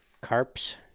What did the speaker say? Carp's